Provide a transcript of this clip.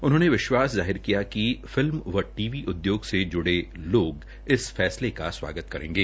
उन्होंने विश्वास जाहिर किया कि फिल्म व टी वी उद्योग से जुड़े लोग इस फैसले का स्वागत करेंगे